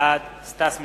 בעד סטס מיסז'ניקוב,